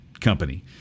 company